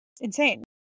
insane